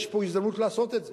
יש פה הזדמנות לעשות את זה.